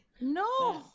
No